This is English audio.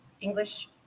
English